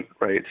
right